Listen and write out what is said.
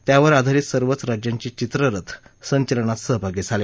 त्यावर आधारित सर्वच राज्यांचे चित्ररथ संचलनात सहभागी झाले